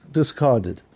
discarded